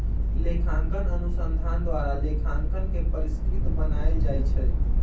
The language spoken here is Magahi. लेखांकन अनुसंधान द्वारा लेखांकन के परिष्कृत बनायल जाइ छइ